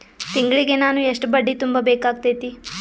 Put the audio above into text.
ತಿಂಗಳಿಗೆ ನಾನು ಎಷ್ಟ ಬಡ್ಡಿ ತುಂಬಾ ಬೇಕಾಗತೈತಿ?